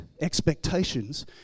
expectations